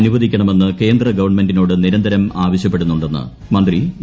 അനുവദിക്കണമെന്ന് കേന്ദ്ര ഗ്വൺമെന്റിനോട് നിരന്തരം ആവശ്യപ്പെടുന്നുണ്ടെട്ടുന്ന് മ്യന്തി എ